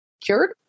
cured